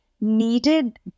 needed